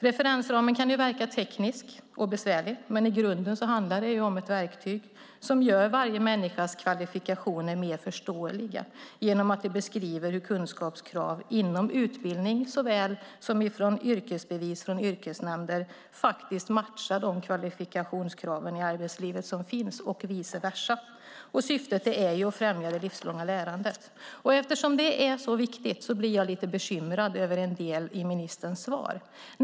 Referensramen kan verka teknisk och besvärlig, men i grunden handlar det om ett verktyg som gör varje människas kvalifikationer mer förståeliga genom att det beskriver hur kunskapskrav inom utbildning såväl som från yrkesbevis från yrkesnämnder faktiskt matchar de kvalifikationskrav i arbetslivet som finns och vice versa. Syftet är att främja det livslånga lärandet, och eftersom det är så viktigt blir jag lite bekymrad över en del i ministerns svar.